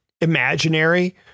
imaginary